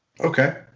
Okay